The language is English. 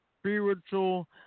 spiritual